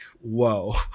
whoa